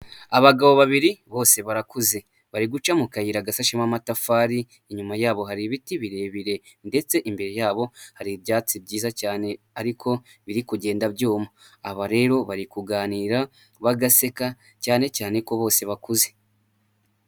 Abagabo babiri bose barakuze bari guca mu kayira gasashema amatafari inyuma yabo hari ibiti birebire ndetse imbere yabo hari ibyatsi byiza cyane ariko biri kugenda byuma, aba rero bari kuganira bagaseka cyane cyane ko bose bakuze.